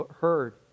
heard